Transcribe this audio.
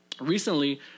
recently